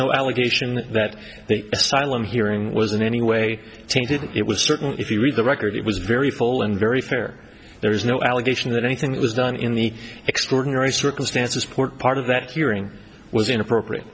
no allegation that the asylum hearing was in any way tainted it was certainly if you read the record it was very full and very fair there is no allegation that anything it was done in the extraordinary circumstances port part of that hearing was inappropriate